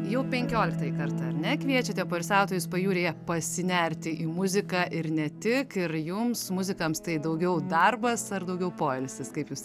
jau penkioliktąjį kartą ar ne kviečiate poilsiautojus pajūryje pasinerti į muziką ir ne tik ir jums muzikams tai daugiau darbas ar daugiau poilsis kaip jūs